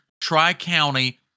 Tri-County